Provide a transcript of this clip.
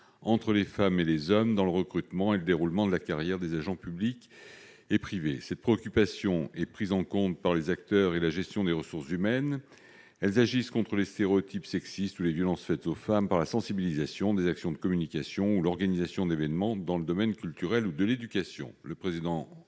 entre les femmes et les hommes dans le recrutement et le déroulement de la carrière des agents publics et privés. Cette préoccupation est prise en compte par les acteurs de la gestion des ressources humaines. Les collectivités territoriales agissent contre les stéréotypes sexistes ou les violences faites aux femmes par la sensibilisation, des actions de communication ou l'organisation d'événements dans les domaines culturel et de l'éducation. Le présent